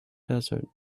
desert